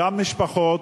גם משפחות,